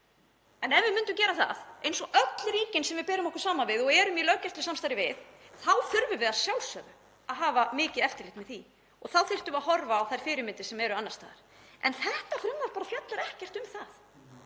en ef við myndum gera það, eins og öll ríki sem við berum okkur saman við og erum í löggæslusamstarfi við, þyrftum við að sjálfsögðu að hafa mikið eftirlit með því og þá þyrftum við að horfa á þær fyrirmyndir sem eru annars staðar. En þetta frumvarp fjallar bara ekkert um það.